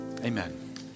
Amen